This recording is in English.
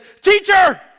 teacher